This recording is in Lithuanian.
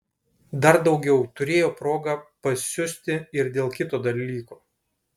dar daugiau turėjo progą pasiusti ir dėl kito dalyko